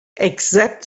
except